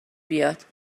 بیاد